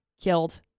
killed